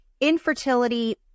infertility